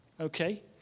Okay